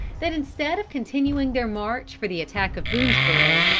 that instead of continuing their march for the attack of boonesborough,